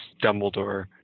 Dumbledore